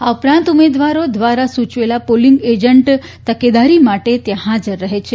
આ ઉપરાંત ઉમેદવાર દ્વારા સૂચવેલા પોલીંગ એજન્ટ તકેદારી માટે ત્યાં હાજર રહે છે